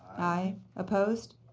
aye. opposed?